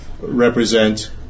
represent